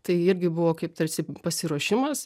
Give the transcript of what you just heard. tai irgi buvo kaip tarsi pasiruošimas